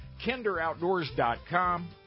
KinderOutdoors.com